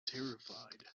terrified